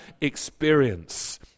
experience